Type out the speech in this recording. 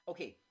Okay